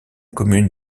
commune